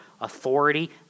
authority